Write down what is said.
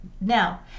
Now